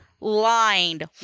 lined